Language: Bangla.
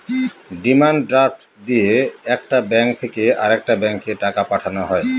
ডিমান্ড ড্রাফট দিয়ে একটা ব্যাঙ্ক থেকে আরেকটা ব্যাঙ্কে টাকা পাঠানো হয়